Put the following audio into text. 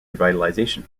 revitalization